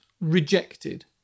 rejected